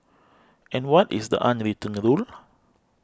and what is the unwritten rule